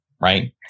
right